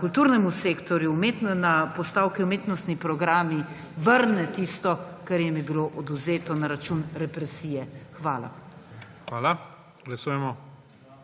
kulturnemu sektorju na postavki Umetnostni programi vrne tisto, kar jim je bilo odvzeto na račun represije. Hvala. **PREDSEDNIK